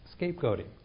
scapegoating